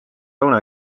lõuna